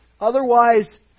Otherwise